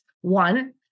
one